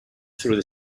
through